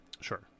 Sure